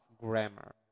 grammar